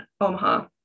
omaha